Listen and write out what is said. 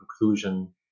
conclusion